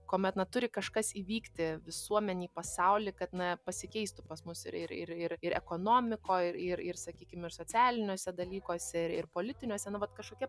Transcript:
kuomet na turi kažkas įvykti visuomenėj pasauly kad na pasikeistų pas mus ir ir ir ir ekonomikoj ir ir sakykim ir socialiniuose dalykuose ir politiniuose na vat kažkokie